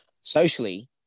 socially